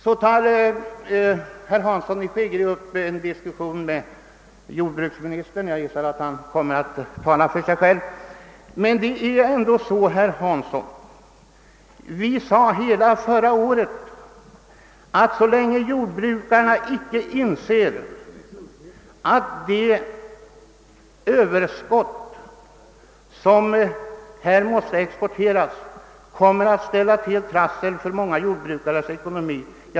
Herr Hansson i Skegrie tar upp en diskussion med jordbruksministern i denna fråga. Jag gissar att jordbruksministern kommer att tala för sig själv, men det är ändå så, herr Hansson, att vi förra året fastslog att vi måste få bort detta överskott som nu ställer till besvärligheter för många jordbrukares ekonomi.